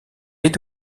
est